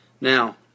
Now